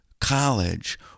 college